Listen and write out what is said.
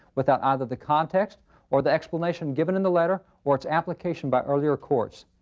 without either the context or the explanation given in the letter or its application by earlier courts.